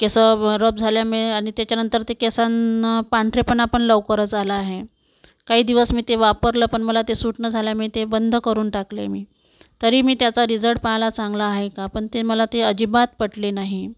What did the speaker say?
केसं रफ झाल्यामुळे आणि त्याच्यानंतर ते केसांना पांढरेपणा पण लवकरच आला आहे काही दिवस मी ते वापरलं पण मला ते सुट न झाल्यामुळे ते बंद करून टाकलेय मी तरी मी त्याचा रीजल्ट पाहिला चांगला आहे का पण ते मला ते अजिबात पटले नाही